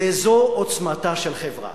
וזו עוצמתה של חברה.